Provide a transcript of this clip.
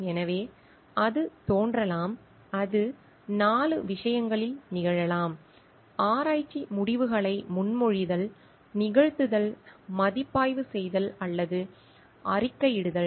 எனவே அது தோன்றலாம் அது 4 விஷயங்களில் நிகழலாம் ஆராய்ச்சி முடிவுகளை முன்மொழிதல் நிகழ்த்துதல் மதிப்பாய்வு செய்தல் அல்லது அறிக்கையிடுதல்